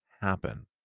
happen